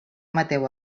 mateu